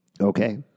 Okay